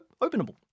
Openable